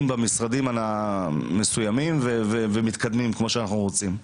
במשרדים המסוימים ומתקדמים כמו שאנחנו רוצים.